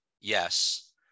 yes